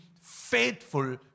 faithful